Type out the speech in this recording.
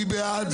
מי בעד?